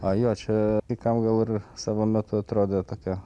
a jo čia kai kam gal ir savo metu atrodė tokia